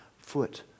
foot